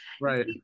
Right